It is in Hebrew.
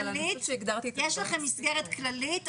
אבל אני חושבת שהגדרתי --- יש לכם מסגרת כללית,